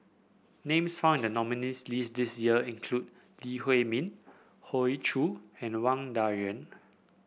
names found in the nominees' list this year include Lee Huei Min Hoey Choo and Wang Dayuan